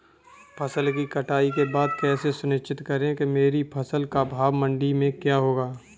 फसल की कटाई के बाद कैसे सुनिश्चित करें कि मेरी फसल का भाव मंडी में क्या होगा?